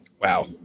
wow